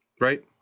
Right